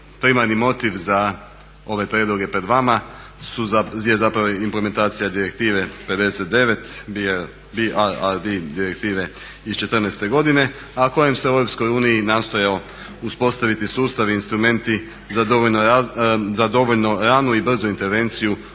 primarni motiv za ovaj prijedlog je pred vama su zapravo implementacija Direktive 59 BRRD direktive iz 2014.godine a kojem se u Europskoj uniji i nastojao uspostaviti sustav i instrumenti za dovoljno ranu i brzu intervenciju u